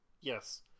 Yes